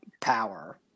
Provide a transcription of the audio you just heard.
power